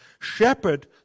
Shepherd